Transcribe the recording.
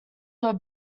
were